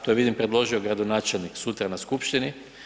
To je vidim predložio gradonačelnik sutra na skupštini.